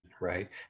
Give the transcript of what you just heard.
right